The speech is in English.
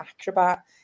Acrobat